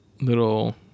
little